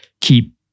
keep